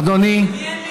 שאלתי.